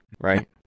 Right